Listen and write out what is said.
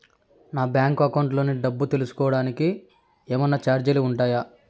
నా bank account లోని డబ్బు తెలుసుకోవడానికి కోవడానికి ఏమన్నా చార్జీలు ఉంటాయా?